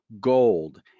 gold